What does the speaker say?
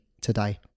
today